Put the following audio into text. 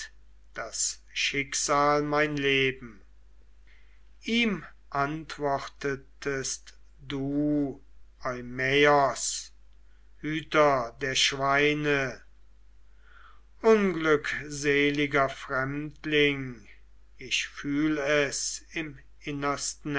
das schicksal mein leben ihm antwortetest du eumaios hüter der schweine unglückseliger fremdling ich fühl es im innersten